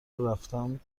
رفتم